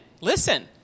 listen